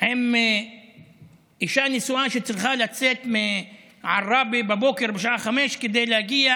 עם אישה נשואה שצריכה לצאת מעראבה בבוקר בשעה 05:00 כדי להגיע